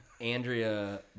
Andrea